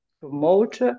promote